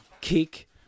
kick